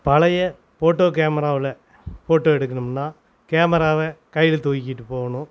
பழைய ஃபோட்டோ கேமராவில் ஃபோட்டோ எடுக்கணும்னா கேமராவை கையில் தூக்கிட்டு போகணும்